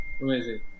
Amazing